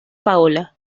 paola